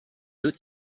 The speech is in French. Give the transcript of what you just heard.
deux